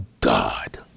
God